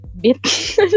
Bit